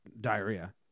diarrhea